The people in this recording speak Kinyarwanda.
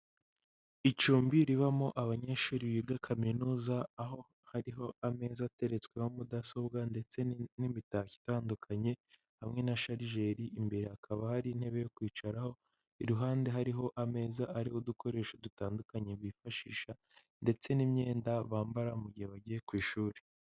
Icumbi ribamo abanyeshuri biga kaminuza, aho hariho ameza ateretsweho mudasobwa ndetse n'imitako itandukanye hamwe na sharijeri, imbere hakaba hari intebe yo kwicaraho, iruhande hariho ameza ariho udukoresho dutandukanye bifashisha ndetse n'imyenda bambara mu gihe bagiye ku ishuri.